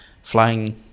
flying